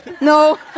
No